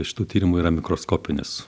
šitų tyrimų yra mikroskopinis